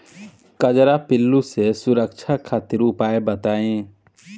कजरा पिल्लू से सुरक्षा खातिर उपाय बताई?